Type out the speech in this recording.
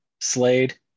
Slade